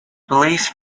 police